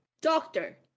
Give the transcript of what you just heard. Doctor